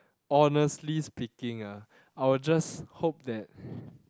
honestly speaking ah I'll just hope that